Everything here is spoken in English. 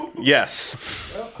Yes